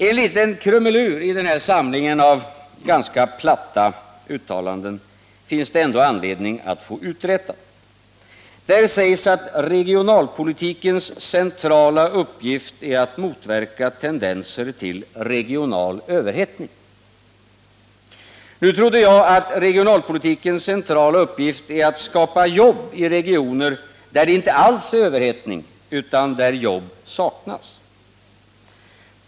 En liten krumelur i den här samlingen av ganska platta uttalanden finns det ändå anledning att få uträtad. Där sägs att regionalpolitikens centrala uppgift är att motverka tendenser till regional överhettning. Nu trodde jag att regionalpolitikens centrala uppgift är att skapa jobb i regioner där det inte alls är överhettning utan där jobb saknas.